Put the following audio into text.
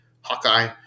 Hawkeye